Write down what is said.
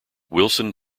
wilson